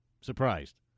Surprised